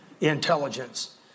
intelligence